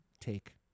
take